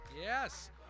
Yes